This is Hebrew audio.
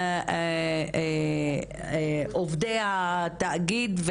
עובדי התאגיד,